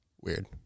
Weird